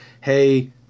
hey